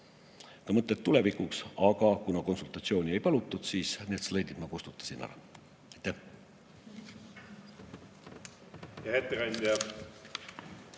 ka mõtted tulevikuks, aga kuna konsultatsiooni ei palutud, siis need slaidid ma kustutasin ära.